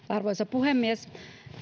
arvoisa puhemies